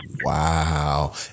Wow